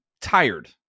tired